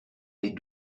les